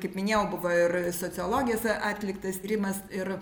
kaip minėjau buvo ir sociologės atliktas tyrimas ir